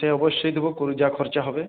সে অবশ্যই দেব কুড়ি টাকা খরচা হবে